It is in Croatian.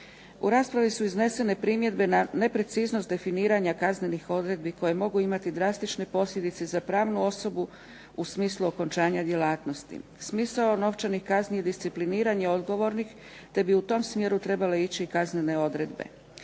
U raspravi su iznesene primjedbe na nepreciznost definiranja kaznenih odredbi koje mogu imati drastične posljedice za pravnu osobu u smislu okončanja djelatnosti. Smisao novčanih kazni je discipliniranje odgovornih te bi u tom smjeru trebale ići kaznene odredbe.